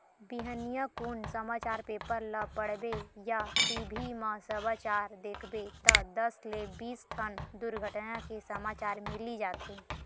बिहनिया कुन समाचार पेपर ल पड़बे या टी.भी म समाचार देखबे त दस ले बीस ठन दुरघटना के समाचार मिली जाथे